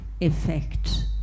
effect